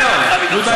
נו.